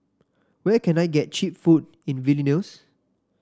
where can I get cheap food in Vilnius